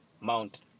Mount